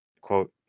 quote